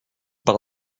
par